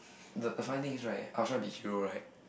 the the funny is right after I be hero right